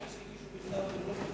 אלה שהגישו בכתב והם לא פה.